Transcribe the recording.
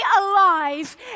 alive